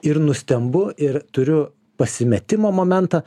ir nustembu ir turiu pasimetimo momentą